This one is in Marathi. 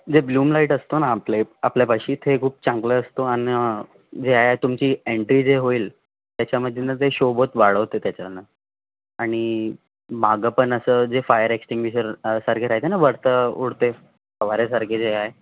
जे ब्ल्यूम लाईट असतो ना आपले आपल्यापाशी ते खूप चांगलं असतो आणि जे आहे तुमची एन्ट्री जे होईल त्याच्यामध्ये ना ते शोभत वाढवते त्याच्यानं आणि मागं पण असं जे फायर एक्सटिन्ग्विशरसारखं राहते ना वरती उडते फवाऱ्यासारखे जे आहे